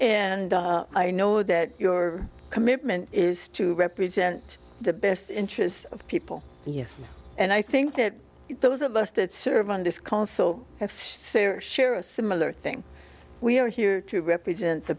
and i know that your commitment is to represent the best interests of people yes and i think that those of us that serve on this call so say are share a similar thing we are here to represent the